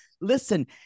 listen